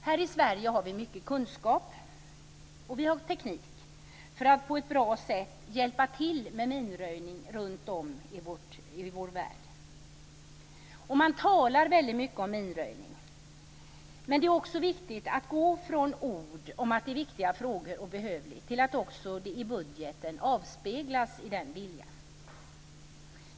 Här i Sverige har vi mycket kunskap, och vi har teknik för att på ett bra sätt hjälpa till med minröjning runtom i vår värld. Man talar väldigt mycket om minröjning, men det är också viktigt att gå från ord om att det är viktiga frågor och behövligt till att i budgeten avspegla en vilja.